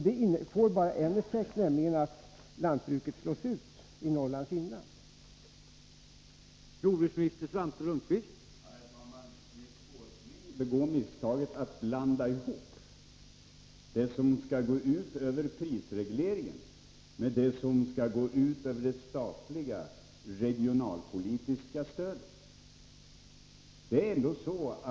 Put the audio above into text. Det här får bara en effekt, nämligen den att lantbruket i Norrlands inland slås ut.